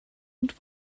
und